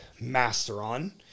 masteron